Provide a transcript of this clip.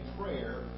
prayer